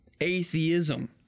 atheism